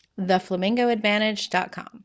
Theflamingoadvantage.com